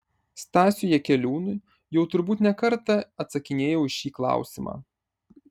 stasiui jakeliūnui jau turbūt ne kartą atsakinėjau į šį klausimą